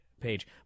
page